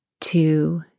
two